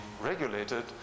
regulated